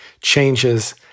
changes